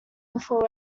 before